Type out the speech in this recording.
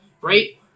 Right